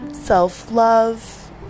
Self-love